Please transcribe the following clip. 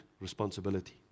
responsibility